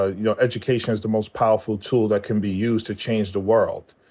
ah you know, education is the most powerful tool that can be used to change the world.